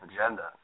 agenda